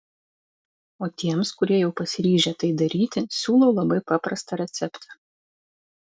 o tiems kurie jau pasiryžę tai daryti siūlau labai paprastą receptą